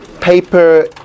paper